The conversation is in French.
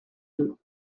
deux